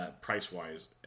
price-wise